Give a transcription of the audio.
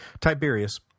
Tiberius